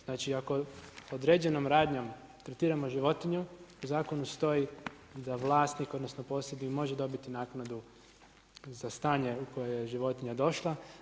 Znači, ako određenom radnjom tretiramo životinju u zakonu stoji da vlasnik odnosno posjednik može dobiti naknadu za stanje u koje je životinja došla.